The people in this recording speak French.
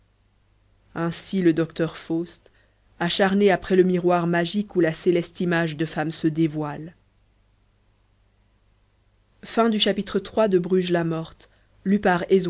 ainsi le docteur faust acharné après le miroir magique où la céleste image de femme se dévoile